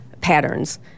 patterns